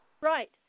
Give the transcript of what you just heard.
Right